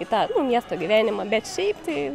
į tą nu miesto gyvenimą bet šiaip tai